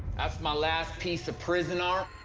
that's my last piece of prison art.